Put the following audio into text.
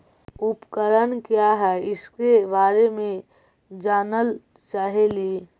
उपकरण क्या है इसके बारे मे जानल चाहेली?